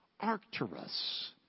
Arcturus